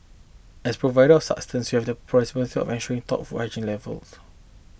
as providers sustenance you have to responsibility of ensuring top food hygiene levels